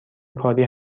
کاری